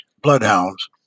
bloodhounds